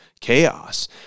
chaos